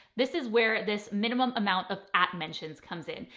this is where this minimum amount of ad mentions comes in.